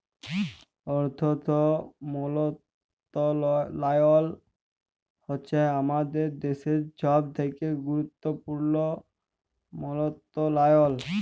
অথ্থ মলত্রলালয় হছে আমাদের দ্যাশের ছব থ্যাকে গুরুত্তপুর্ল মলত্রলালয়